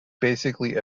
basically